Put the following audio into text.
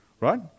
Right